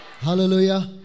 Hallelujah